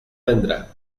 vendrá